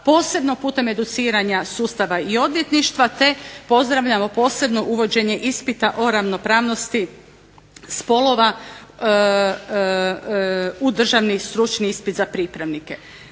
posebno putem educiranja sustava i odvjetništva te pozdravljamo posebno uvođenje ispita o ravnopravnosti spolova u Državni stručni ispit za pripravnike.